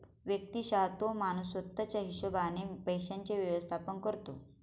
व्यक्तिशः तो माणूस स्वतः च्या हिशोबाने पैशांचे व्यवस्थापन करतो